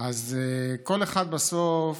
אז כל אחד בסוף